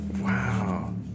Wow